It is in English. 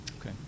Okay